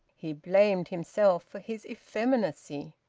he blamed himself for his effeminacy.